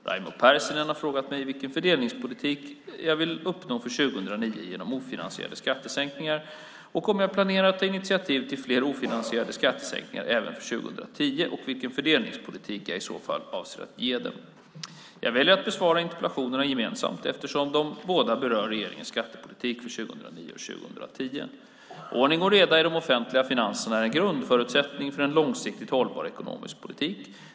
Raimo Pärssinen har frågat mig vilken fördelningspolitik jag vill uppnå för år 2009 genom ofinansierade skattesänkningar och om jag planerar att ta initiativ till fler ofinansierade skattesänkningar även för år 2010 och vilken fördelningspolitisk profil jag i så fall avser att ge dem. Jag väljer att besvara interpellationerna gemensamt, eftersom båda berör regeringens skattepolitik för 2009 och 2010. Ordning och reda i de offentliga finanserna är en grundförutsättning för en långsiktigt hållbar ekonomisk politik.